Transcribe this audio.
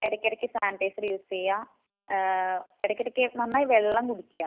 ഇടയ്ക്ക് ഇടയ്ക്ക് sanitizer use ചെയ്യുക ഇടയ്ക്ക് ഇടയ്ക്ക് നന്നായി വെള്ളം കുടിക്കുക